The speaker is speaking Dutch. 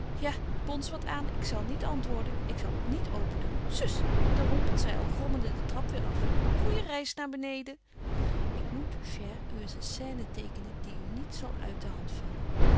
ja bons wat aan ik zal niet antwoorden ik zal ook niet open doen sus daar hompelt zy al grommende den trap weêr af goeije reis naar beneden ik moet chere u eens een sçene tekenen die u niet zal uit de hand vallen